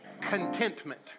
Contentment